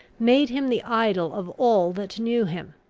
made him the idol of all that knew him.